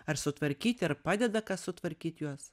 ar sutvarkyti ar padeda sutvarkyt juos